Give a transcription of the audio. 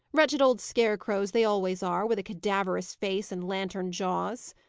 wretched old scarecrows they always are, with a cadaverous face and lantern jaws.